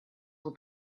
will